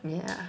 yeah